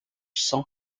cent